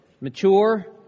mature